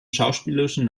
schauspielerischen